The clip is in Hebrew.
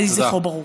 יהי זכרו ברוך.